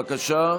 בבקשה.